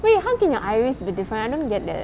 wait how can your iris be different I don't get that